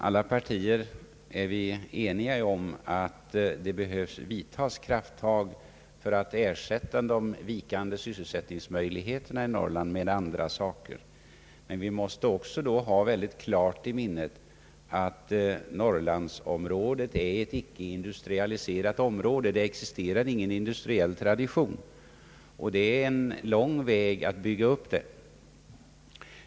Alla partier är ense om att krafttag behöver vidtas för att motverka den vikande ' sysselsättningen i Norrland, men vi måste ha klart för oss att Norrland är ett icke industrialiserat område. Det existerar ingen industriell tradition där, och det är en lång väg att bygga upp en sådan.